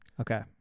Okay